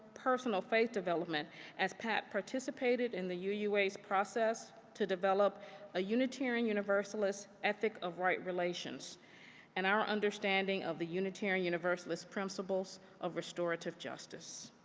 personal faith development as pat participated in the uua's process to develop a unitarian universalist ethic of right relations and our understanding of the unitarian universalist principles of restorative justice.